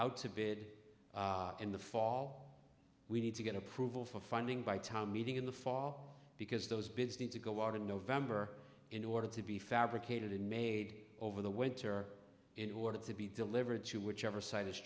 out to bid in the fall we need to get approval for funding by town meeting in the fall because those business to go out in november in order to be fabricated and made over the winter in order to be delivered to whichever side is